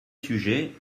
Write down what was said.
sujet